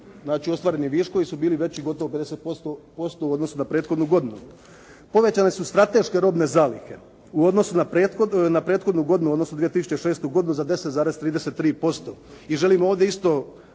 znači ostvareni viškovi su bili veći gotovo 50% u odnosu na prethodnu godinu. Povećane su strateške robne zalihe u odnosu na prethodnu godinu odnosno 2006. godinu za 10,33%. I želim ovdje isto